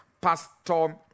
Pastor